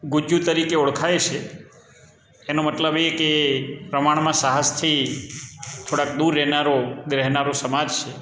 ગુજ્જુ તરીકે ઓળખાય છે એનો મતલબ એ કે પ્રમાણમાં સાહસથી થોડાક દૂર રહેનારો સમાજ સમાજ છે